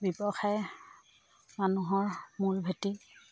ব্যৱসায় মানুহৰ মূল ভেটি